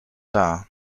dar